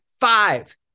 five